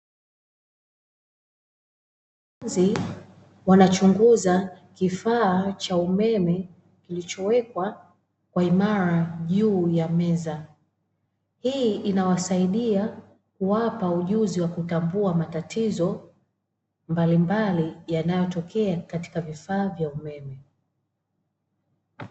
Wanafunzi wanachunguza kifaa cha umeme kilichowekwa kwa imara juu ya meza. Hii inawasaidia kuwapa ujuzi wa kutambua matatizo mbalimbali yanayotokea katika vifaa vya umeme.